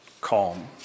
calm